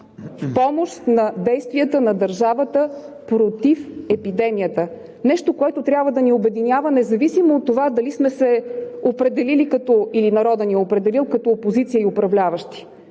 в помощ на действията на държавата против епидемията – нещо, което трябва да ни обединява независимо от това дали сме се определили, или народът ни е определил като опозиция и управляващи.